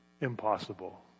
impossible